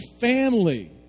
family